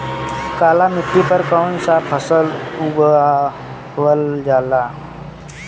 काली मिट्टी पर कौन सा फ़सल उगावल जाला?